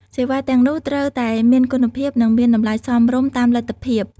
សេវាទាំងនោះត្រូវតែមានគុណភាពនិងមានតម្លៃសមរម្យតាមលទ្ធភាព។